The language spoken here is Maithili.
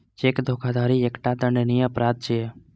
चेक धोखाधड़ी एकटा दंडनीय अपराध छियै